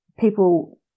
people